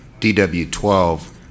DW12